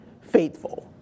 faithful